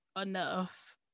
enough